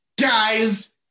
guy's